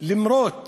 למרות